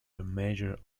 major